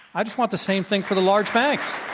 i just want the same thing for the large banks.